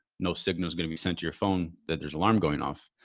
no signal is going to be sent to your phone. that there's alarm going off.